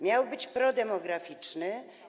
Miał być prodemograficzny.